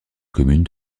commune